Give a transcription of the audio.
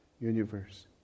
universe